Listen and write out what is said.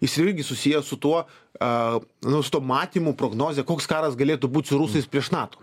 jisyra irgi susiję su tuo a nu su tuo matymu prognoze koks karas galėtų būti su rusais prieš nato